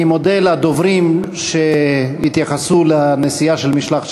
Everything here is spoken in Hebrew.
רק הודעה קצרה מטעמי: אני מודה לדוברים שהתייחסו לנסיעה של משלחת